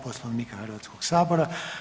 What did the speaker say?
Poslovnika Hrvatskog sabora.